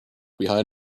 behind